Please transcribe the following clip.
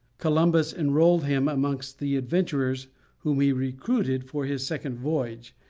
columbus enrolled him amongst the adventurers whom he recruited for his second voyage,